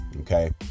okay